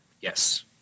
Yes